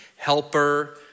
helper